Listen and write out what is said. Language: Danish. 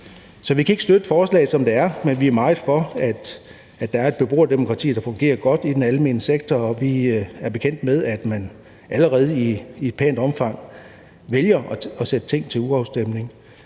Så vi kan ikke støtte forslaget, som det er, men vi er meget for, at der er et beboerdemokrati, der fungerer godt, i den almene sektor, og vi er bekendt med, at man allerede i et pænt omfang vælger at sætte ting til urafstemning.